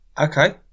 Okay